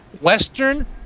Western